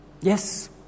Yes